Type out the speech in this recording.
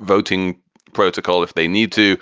voting protocol if they need to,